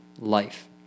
life